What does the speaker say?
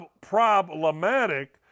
problematic